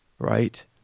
right